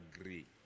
agree